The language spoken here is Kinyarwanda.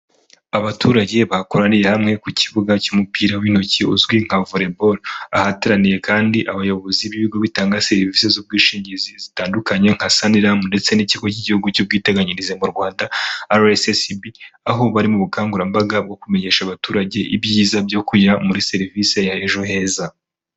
Abaturage bakoraniye hamwe ku kibuga cy'umupira w'intoki uzwi nka voriboro, ahateraniye kandi abayobozi b'ibigo bitanga serivise z'ubwishingizi zitandukanye nka Saniramu ndetse n'ikigo cy'igihugu cy'ubwiteganyirize mu Rwanda RSSB, aho bari mu bukangurambaga bwo kumenyesha abaturage ibyiza byo kujya muri serivisi ya ejo heza.